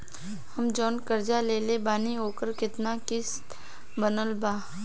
हम जऊन कर्जा लेले बानी ओकर केतना किश्त बनल बा?